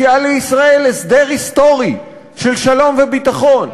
מציעה לישראל הסדר היסטורי של שלום וביטחון